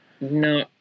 No